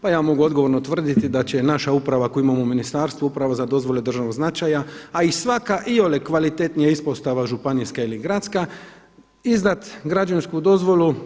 Pa ja mogu odgovorno tvrditi da će naša uprava koju imamo u ministarstvu, Uprava za dozvole od državnog značaja a i svaka iole kvalitetnija ispostava županijska ili gradska izdat građevinsku dozvolu.